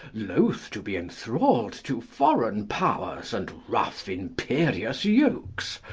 loath to be enthrall'd to foreign powers and rough imperious yokes,